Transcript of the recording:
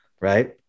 Right